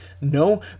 No